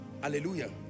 Hallelujah